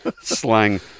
slang